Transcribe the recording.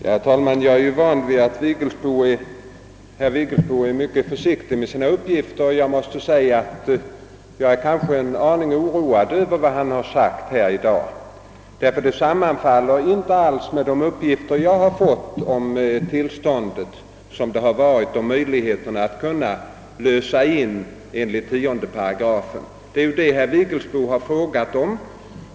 Herr talman! Jag är van vid att herr Vigelsbo är mycket försiktig med sina uppgifter, och jag är därför en aning oroad över vad han sagt här i dag; det sammanfaller nämligen inte alls med de uppgifter jag har fått om tillståndet i lantbruksnämnderna och möjligheterna till inlösen enligt 10 8 — det är ju det herr Vigelsbo frågat om.